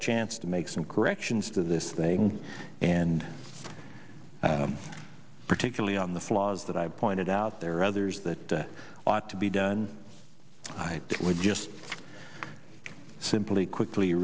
a chance to make some corrections to this thing and particularly on the flaws that i've pointed out there are others that ought to be done i would just simply quickly